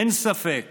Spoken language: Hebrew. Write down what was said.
אין ספק